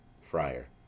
Friar